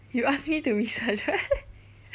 you ask me to research